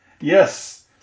Yes